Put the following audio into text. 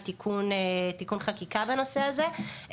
עם תיקון חקיקה בנושא הזה.